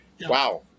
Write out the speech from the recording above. wow